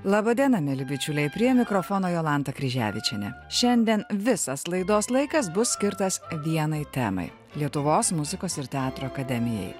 laba diena mieli bičiuliai prie mikrofono jolanta kryževičienė šiandien visas laidos laikas bus skirtas vienai temai lietuvos muzikos ir teatro akademijai